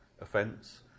offence